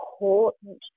important